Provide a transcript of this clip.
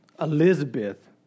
Elizabeth